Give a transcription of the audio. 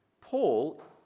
Paul